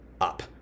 up